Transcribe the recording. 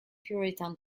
puritan